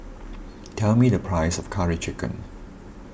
tell me the price of Curry Chicken